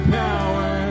power